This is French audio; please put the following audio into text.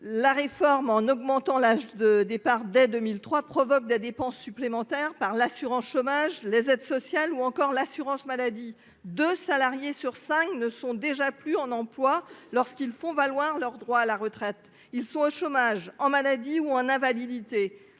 La réforme en augmentant l'âge de départ dès 2003 provoque des dépenses supplémentaires par l'assurance chômage, les aides sociales ou encore l'assurance maladie de salariés sur 5 ne sont déjà plus en emploi lorsqu'ils font valoir leurs droits à la retraite, ils sont au chômage en maladie ou en invalidité,